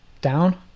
down